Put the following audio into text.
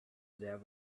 there